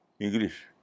English